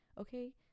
okay